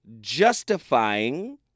justifying